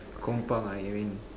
kompang ah you mean